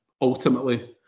ultimately